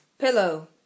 Pillow